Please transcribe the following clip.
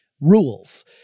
rules